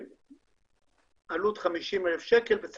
עלות 50,000 שקל.